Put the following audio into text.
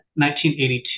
1982